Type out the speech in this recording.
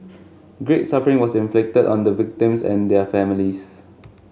great suffering was inflicted on the victims and their families